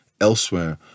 elsewhere